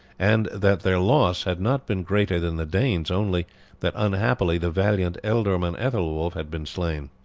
and that their loss had not been greater than the danes, only that unhappily the valiant ealdorman aethelwulf had been slain.